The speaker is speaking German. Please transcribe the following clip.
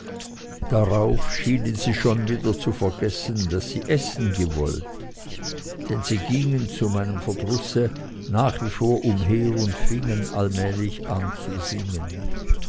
darauf schienen sie schon wieder zu vergessen daß sie essen gewollt denn sie gingen zu meinem verdrusse nach wie vor umher und fingen allmählich an zu singen